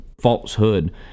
falsehood